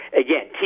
again